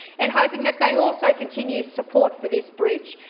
and hoping that they also continue support for this bridge.